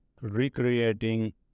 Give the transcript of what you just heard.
recreating